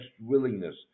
willingness